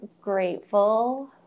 grateful